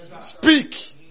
Speak